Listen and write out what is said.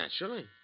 Naturally